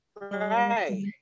Right